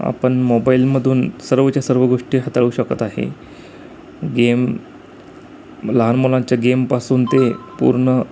आपण मोबाईलमधून सर्वच्या सर्व गोष्टी हाताळू शकत आहे गेम लहान मुलांच्या गेमपासून ते पूर्ण